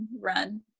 run